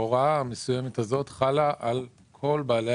ההוראה המסוימת הזאת חלה על כל בעלי